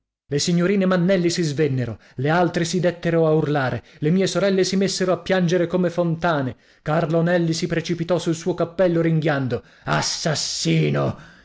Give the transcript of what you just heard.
le signorine mannelli si svennero le altre si dettero a urlare le mie sorelle si messero a piangere come fontane carlo nelli si precipitò sul suo cappello ringhiando assassino